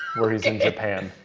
where he's in japan.